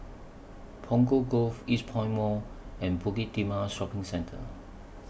Punggol Cove Eastpoint Mall and Bukit Timah Shopping Centre